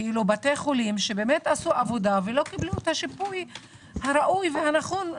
בתי חולים שעשו עבודה ולא קיבלו על כך שיפוי ראוי ונכון.